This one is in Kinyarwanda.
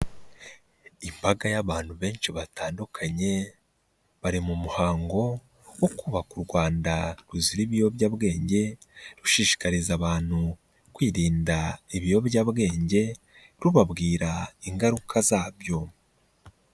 Imbaga y'abantu benshi batandukanye bari mu muhango wo kubaka u Rwanda ruzira ibiyobyabwenge, rushishikariza abantu kwirinda ibiyobyabwenge rubabwira ingaruka zabyo.